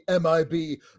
mib